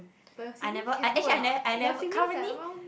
but your siblings can do or not your siblings are around